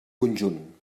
conjunt